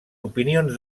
opinions